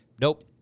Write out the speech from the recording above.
nope